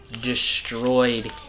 destroyed